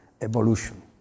evolution